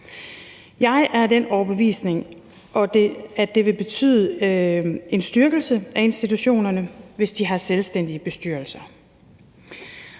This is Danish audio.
Jeg er af den overbevisning, at det vil betyde en styrkelse af institutionerne, hvis de har selvstændige bestyrelser,